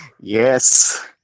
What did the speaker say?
Yes